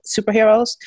Superheroes